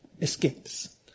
escapes